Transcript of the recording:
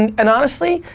and and honestly,